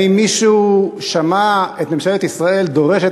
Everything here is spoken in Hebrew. האם מישהו שמע את ממשלת ישראל דורשת